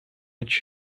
edge